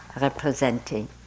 representing